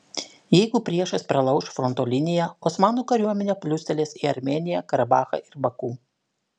jeigu priešas pralauš fronto liniją osmanų kariuomenė plūstelės į armėniją karabachą ir baku